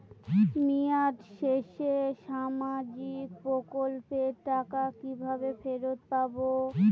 মেয়াদ শেষে সামাজিক প্রকল্পের টাকা কিভাবে ফেরত পাবো?